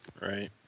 right